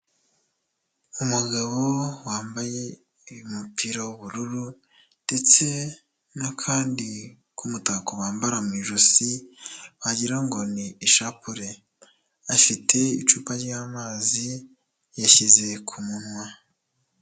Umugabo wambaye umupira w'ubururu ndetse n'akandi k'umutako bambara mu ijosi wagira ngo ni ishapure, afite icupa ry'amazi yashyize ku munwa.